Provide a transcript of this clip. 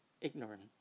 ignorant